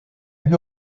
une